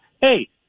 Hey